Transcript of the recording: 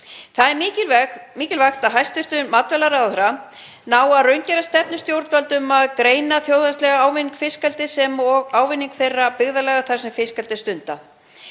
Það er mikilvægt að hæstv. matvælaráðherra nái að raungera stefnu stjórnvalda um að greina þjóðhagslegan ávinning fiskeldis sem og ávinning þeirra byggðarlaga þar sem fiskeldi er stundað.